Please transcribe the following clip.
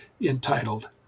entitled